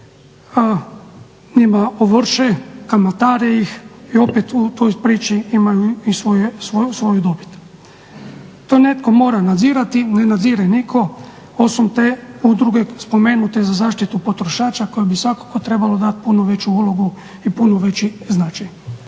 kuće … kamatare ih i opet u toj priči imaju i svoju dobit. To netko mora nadzirati, ne nadzire nitko osim te udruge spomenute za zaštitu potrošača koja bi se kojoj bi svakako trebalo dati puno veću ulogu i puno veći značaj.